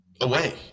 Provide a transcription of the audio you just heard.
away